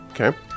Okay